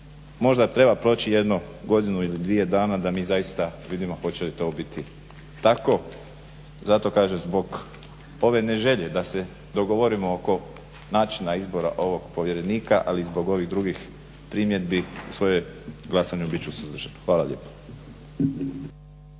možda treba proći jedno godinu ili dvije dana da mi zaista vidimo hoće li to biti tako. Zato kažem zbog ove ne želje da se dogovorimo oko načina izbora ovog povjerenika ali i zbog ovih drugih primjedbi u svojem glasanju bit ću suzdržan. Hvala lijepa.